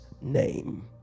name